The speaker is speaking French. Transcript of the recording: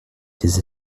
des